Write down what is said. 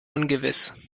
ungewiss